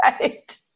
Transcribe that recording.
Right